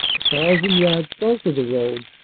thousand yards south of the road,